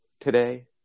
today